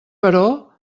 però